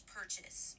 purchase